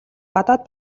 гадаад